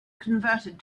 converted